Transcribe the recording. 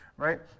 right